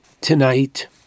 tonight